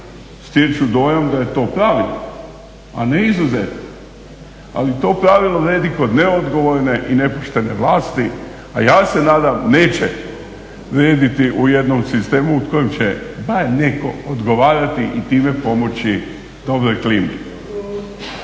stječu dojam da je to pravilo a ne izuzetak. Ali to pravilo vrijedi kod neodgovorne i nepoštene vlasti a ja se nadam neće vrijediti u jednom sistemu u kojem će bar netko odgovarati i time pomoći dobroj klimi.